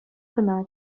кӑна